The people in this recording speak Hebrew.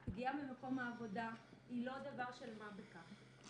פגיעה במקום העבודה היא לא דבר של מה בכך.